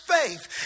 faith